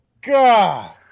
God